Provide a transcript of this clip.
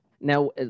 Now